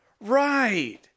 right